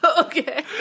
Okay